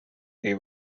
they